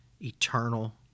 eternal